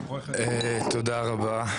תודה רבה.